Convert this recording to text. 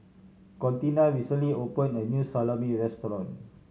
Contina recently opened a new Salami Restaurant